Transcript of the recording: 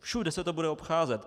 Všude se to bude obcházet.